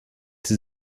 sie